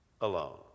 alone